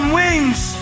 wings